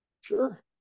Sure